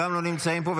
גם לא נמצאים פה,